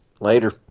Later